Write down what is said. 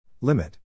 Limit